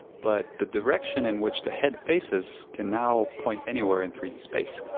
but the direction in which the head faces can now point anywhere in three d space.